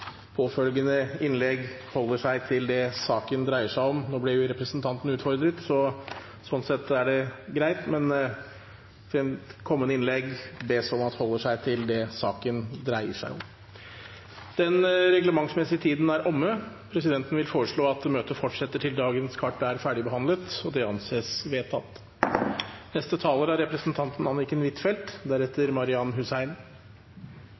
påfølgende innlegg holder seg til det saken dreier seg om. Nå ble representanten utfordret, så sånn sett er det greit, men presidenten ber om at man i kommende innlegg holder seg til det saken dreier seg om. Den reglementsmessige tiden er omme. Presidenten vil foreslå at møtet fortsetter til dagens kart er ferdigbehandlet. – Det anses vedtatt. Det som kanskje blir tydeligere og tydeligere mot slutten av denne diskusjonen, er